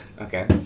Okay